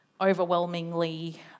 overwhelmingly